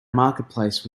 marketplace